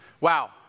Wow